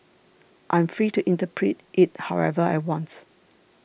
I am free to interpret it however I want